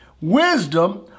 wisdom